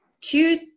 two